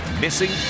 Missing